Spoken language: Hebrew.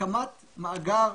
הקמת מאגר